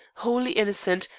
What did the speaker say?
wholly innocent,